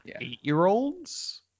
eight-year-olds